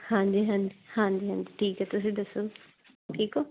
ਹਾਂਜੀ ਹਾਂਜੀ ਹਾਂਜੀ ਹਾਂਜੀ ਠੀਕ ਹੈ ਤੁਸੀਂ ਦੱਸੋ ਠੀਕ ਹੋ